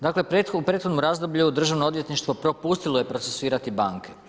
Dakle u prethodnom razdoblju, državno odvjetništvo propustilo je procesuirati banke.